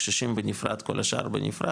קשישים בנפרד, כל השאר בנפרד,